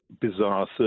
bizarre